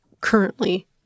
currently